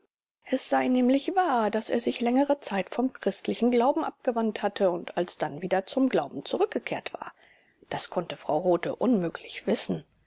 es sei nämlich wahr daß er sich längere zeit vom christlichen glauben abgewandt hatte und alsdann wieder zum glauben zurückgekehrt war das konnte frau rothe unmöglich wissen